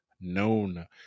known